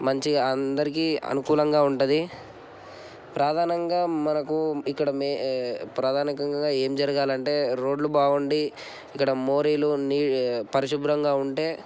మంచిగా అందరికి అనుకూలంగా ఉంటుంది ప్రధానంగా మనకు ఇక్కడ మే ప్రధానంగా ఏం జరగాలంటే రోడ్లు బాగుండి ఇక్కడ మోరీలు నీ పరిశుభ్రంగా ఉంటే